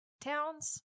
towns